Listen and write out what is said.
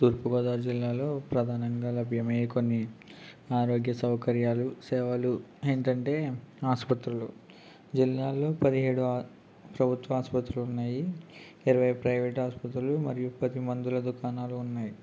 తూర్పుగోదావరి జిల్లాలో ప్రధానంగా లభ్యమయ్యే కొన్ని ఆరోగ్య సౌకర్యాలు సేవలు ఏంటంటే ఆసుపత్రులు జిల్లాలో పదిహేడు ప్రభుత్వ ఆసుపత్రులు ఉన్నాయి ఇరవై ప్రైవేట్ ఆసుపత్రులు మరియు పది మందుల దుకాణాలు ఉన్నాయి